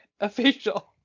official